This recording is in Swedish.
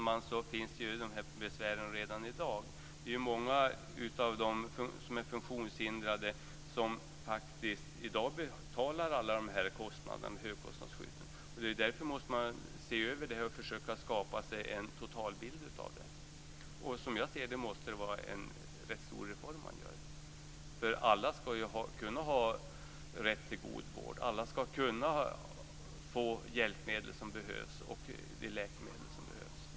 Fru talman! Som jag ser det, Kerstin Heinemann, finns de bekymren redan i dag. Många funktionshindrade betalar i dag faktiskt alla de här kostnaderna. Därför måste man se över läget och försöka skapa en total bild av det. Som jag ser det måste man göra en rätt stor reform. Alla skall ha rätt till god vård och kunna få de hjälpmedel och läkemedel som behövs.